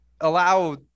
allow